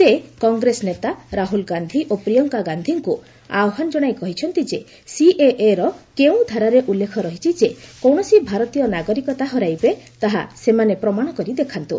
ସେ କଂଗ୍ରେସ ନେତା ରାହୁଲ ଗାନ୍ଧୀ ଓ ପ୍ରିୟଙ୍କା ଗାନ୍ଧୀଙ୍କୁ ଆହ୍ପାନ କହିଛନ୍ତି ଯେ ସିଏଏର କେଉଁ ଧାରାରେ ଉଲ୍ଲେଖ ରହିଛି ଯେ କୌଣସି ଭାରତୀୟ ନାଗରିକତା ହରାଇବେ ତାହା ସେମାନେ ପ୍ରମାଣ କରି ଦେଖାନ୍ତୁ